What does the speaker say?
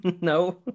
No